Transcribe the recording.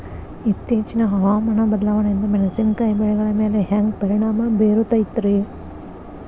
ಇತ್ತೇಚಿನ ಹವಾಮಾನ ಬದಲಾವಣೆಯಿಂದ ಮೆಣಸಿನಕಾಯಿಯ ಬೆಳೆಗಳ ಮ್ಯಾಲೆ ಹ್ಯಾಂಗ ಪರಿಣಾಮ ಬೇರುತ್ತೈತರೇ?